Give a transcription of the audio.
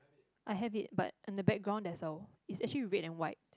I have it but on the background that's all is actually red and white